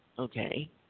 Okay